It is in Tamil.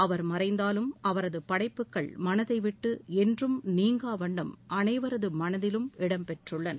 அவர் மறைந்தாலும் அவரது படைப்புகள் மனதை விட்டு என்றும் நீங்காவண்ணம் அனைவரது மனதிலும் இடம் பெற்றுள்ளன